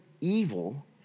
evil